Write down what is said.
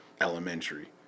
Elementary